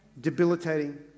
debilitating